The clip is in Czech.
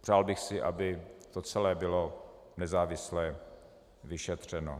Přál bych si, aby to celé bylo nezávisle vyšetřeno.